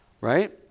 Right